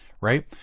right